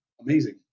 amazing